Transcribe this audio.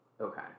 Okay